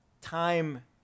Time